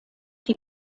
die